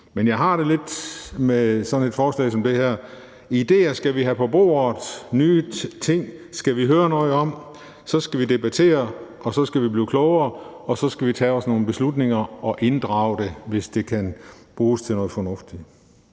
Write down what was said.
Men jeg har det lidt med et forslag som det her, at idéer skal vi have på bordet. Nye ting skal vi høre noget om. Så skal vi debattere, og så skal vi blive klogere, og så skal vi træffe nogle beslutninger og inddrage det, hvis det kan bruges til noget fornuftigt.